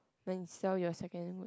when sell your second hand